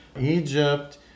Egypt